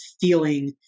feeling